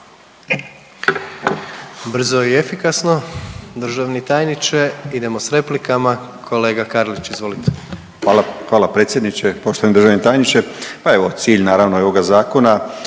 Brzo i efikasno, državni tajniče. Idemo s replikama. Kolega Karlić, izvolite. **Karlić, Mladen (HDZ)** Hvala, hvala predsjedniče. Poštovani državni tajniče, pa evo, cilj, naravno i ovoga Zakona